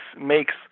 makes